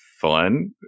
fun